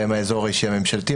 בהן האזור האישי הממשלתי,